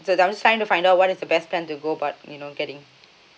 just I want try to find out what is the best plan to go but you know getting